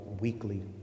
weekly